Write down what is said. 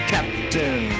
Captain